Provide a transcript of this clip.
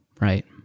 Right